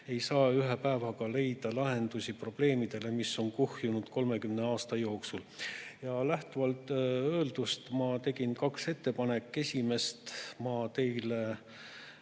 Ei saa ühe päevaga leida lahendusi probleemidele, mis on kuhjunud 30 aasta jooksul." Lähtuvalt öeldust tegin ma kaks ettepanekut, neist esimest ma teile